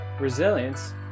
resilience